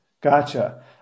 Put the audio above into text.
Gotcha